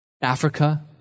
Africa